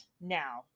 Now